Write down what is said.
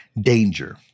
danger